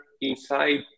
inside